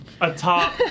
atop